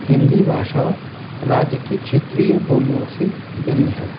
हिन्दी भाषा राज्य की क्षेत्रीय बोलियों से भिन्न है